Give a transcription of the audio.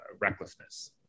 recklessness